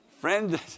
Friend